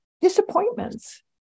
disappointments